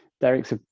Derek's